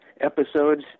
episodes